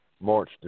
March